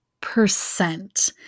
percent